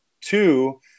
Two